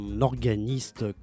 organiste